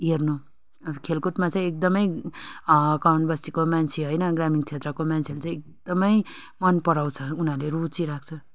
हेर्नु खेलकुदमा चाहिँ एकदमै कमान बस्तीको मान्छे होइन ग्रामीण क्षेत्रको मान्छेले चाहिँ एकदमै मन पराउँछ उनीहरूले रुचि राख्छ